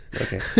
Okay